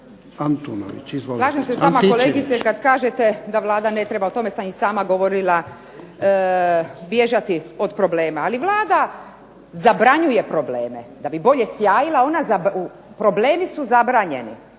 Ingrid (SDP)** Slažem se s vama kolegice kad kažete da Vlada ne treba, o tome sam i sama govorila, bježati od problema. Ali Vlada zabranjuje probleme. Da bi bolje sjajila ona zabranjuje,